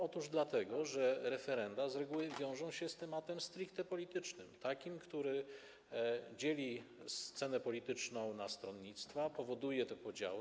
Otóż dlatego, że referenda z reguły wiążą się z tematem stricte politycznym, który dzieli scenę polityczną na stronnictwa, powoduje te podziały.